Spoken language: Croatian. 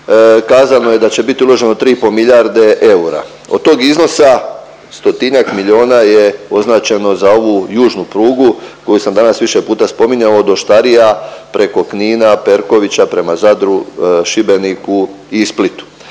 kazano je da će biti uloženo tri i pol milijarde eura. Od tog iznosa stotinjak milijona je označeno za ovu južnu prugu koju sam danas više puta spominjao od Oštarija preko Knina, Perkovića, prema Zadru, Šibeniku i Splitu.